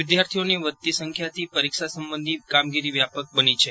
વિદ્યાર્થીઓની વધતી સંખ્યાથી પરીક્ષા સંબંધી કામગીરી વ્યાપક બની છે